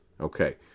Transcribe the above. Okay